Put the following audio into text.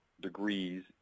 degrees